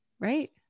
right